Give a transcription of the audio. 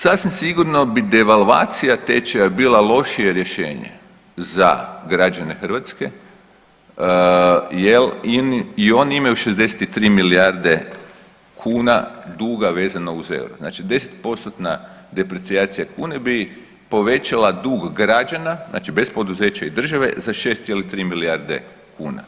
Sasvim sigurno bi devalvacija tečaja bila lošije rješenje za građane Hrvatske jel i oni imaju 63 milijarde kuna duga vezano uz euro, znači 10%-tna deprecijacija kune bi povećala dug građana, znači bez poduzeća i države za 6,3 milijarde kuna.